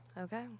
Okay